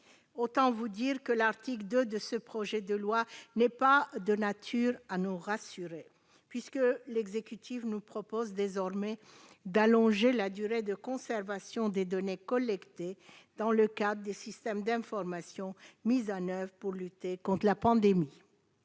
Autant vous dire que l'article 2 de ce projet de loi n'est pas de nature à nous rassurer ... De fait, l'exécutif nous propose désormais d'allonger la durée de conservation des données collectées dans le cadre des systèmes d'information mis en oeuvre pour lutter contre la pandémie.